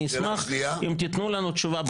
אני אשמח אם תתנו לנו תשובה.